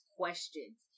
questions